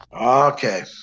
Okay